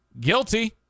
Guilty